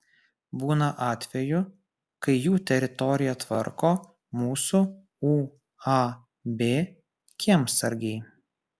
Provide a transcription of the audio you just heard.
būna atvejų kai jų teritoriją tvarko mūsų uab kiemsargiai